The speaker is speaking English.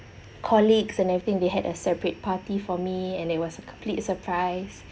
colleagues and everything they had a separate party for me and it was a complete surprise